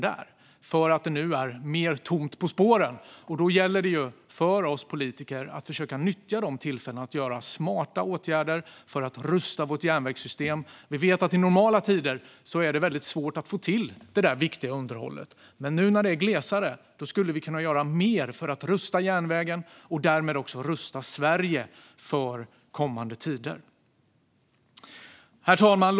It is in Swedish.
Nu är det mer tomt på spåren, och då gäller det för oss politiker att försöka nyttja detta tillfälle att vidta smarta åtgärder för att rusta vårt järnvägssystem. Vi vet att det i normala tider är väldigt svårt att få till det viktiga underhållet, men nu när det är glesare skulle vi kunna göra mer för att rusta järnvägen och därmed också rusta Sverige för kommande tider. Herr talman!